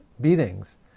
beatings